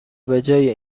بجای